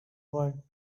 world